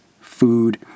food